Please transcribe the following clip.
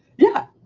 yeah.